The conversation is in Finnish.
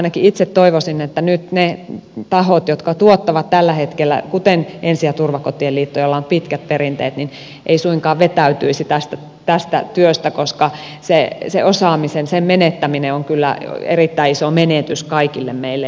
ainakin itse toivoisin että nyt ne tahot jotka tuottavat tällä hetkellä kuten ensi ja turvakotien liitto jolla on pitkät perinteet eivät suinkaan vetäytyisi tästä työstä koska sen osaamisen menettäminen on kyllä erittäin iso menetys kaikille meille